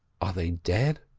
are they dead?